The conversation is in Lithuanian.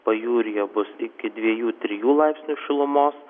pajūryje bus iki dviejų trijų laipsnių šilumos